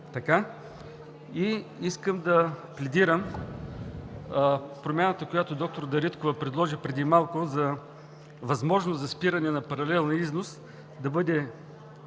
И искам да пледирам промяната, която доктор Дариткова предложи преди малко – за възможност за спиране на паралелния износ, да